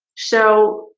so,